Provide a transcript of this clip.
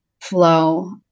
flow